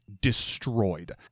destroyed